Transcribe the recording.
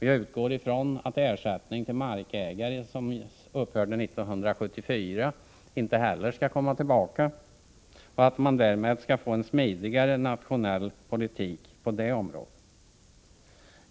Jag utgår också från att ersättningen till markägare, vilken upphörde 1974, inte skall komma tillbaka och att man därmed skall få en smidigare nationell politik på detta område.